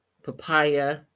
Papaya